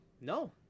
no